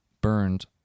burned